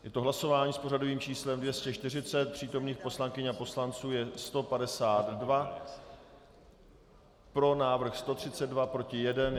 Je to hlasování s pořadovým číslem 240, přítomných poslankyň a poslanců je 152, pro návrh 132, proti 1.